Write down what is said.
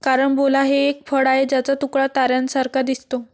carambola हे एक फळ आहे ज्याचा तुकडा ताऱ्यांसारखा दिसतो